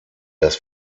das